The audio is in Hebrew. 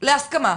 להסכמה,